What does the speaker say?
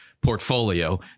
portfolio